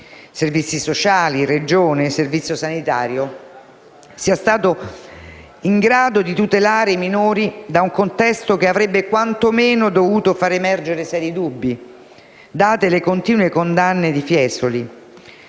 (servizi sociali, Regione, servizio sanitario) sia stato in grado di tutelare i minori da un contesto che avrebbe quantomeno dovuto fare emergere seri dubbi, date le continue condanne di Fiesoli;